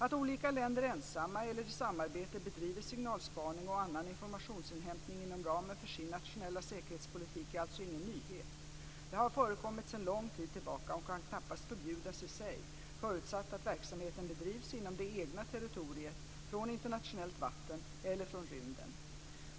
Att olika länder ensamma eller i samarbete bedriver signalspaning och annan informationsinhämtning inom ramen för sin nationella säkerhetspolitik är alltså ingen nyhet. Detta har förekommit sedan lång tid tillbaka och kan knappast förbjudas i sig, förutsatt att verksamheten bedrivs inom det egna territoriet, från internationellt vatten eller från rymden.